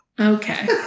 Okay